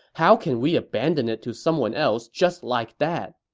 how can we abandon it to someone else just like that?